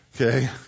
Okay